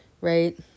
right